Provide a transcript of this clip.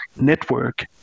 network